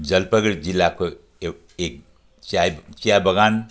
जलपाइगडी जिल्लाको एउ एक चाय चिया बगान